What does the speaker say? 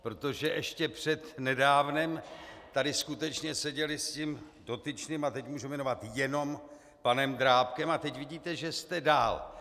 Protože ještě přednedávnem tady skutečně seděli s tím dotyčným, a teď můžu jmenovat, jenom panem Drábkem, a teď vidíte, že jste dál.